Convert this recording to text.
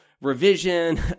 revision